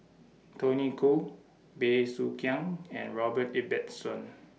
Tony Khoo Bey Soo Khiang and Robert Ibbetson